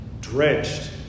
drenched